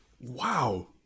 Wow